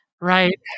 Right